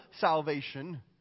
salvation